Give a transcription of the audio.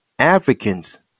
Africans